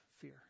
fear